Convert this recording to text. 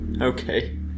Okay